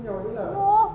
no